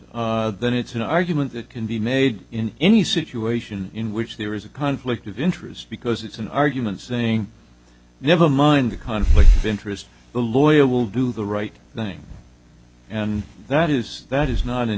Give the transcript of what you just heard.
then it's an argument that can be made in any situation in which there is a conflict of interest because it's an argument saying never mind a conflict of interest the lawyer will do the right thing and that is that is not an